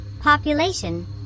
population